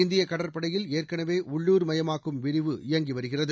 இநதியகடற்படையில் ஏற்கனவேஉள்ளுர்மயமாக்கும் விரிவு இயங்கிவருகிறது